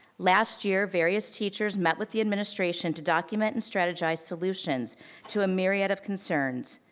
last year, various teachers met with the administration to document and strategize solutions to a myriad of concerns.